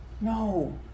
No